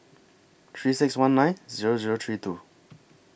three six one nine Zero Zero three two